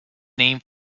name